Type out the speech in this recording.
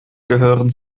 gehören